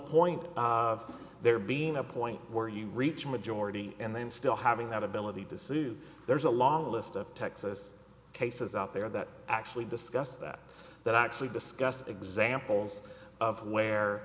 point of there being a point where you reach majority and then still having that ability to sue there's a long list of texas cases out there that actually discussed that that actually discussed examples of where